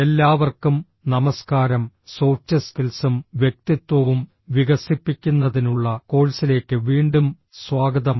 എല്ലാവർക്കും നമസ്കാരം സോഫ്റ്റ് സ്കിൽസും വ്യക്തിത്വവും വികസിപ്പിക്കുന്നതിനുള്ള കോഴ്സിലേക്ക് വീണ്ടും സ്വാഗതം